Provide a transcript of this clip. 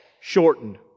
shortened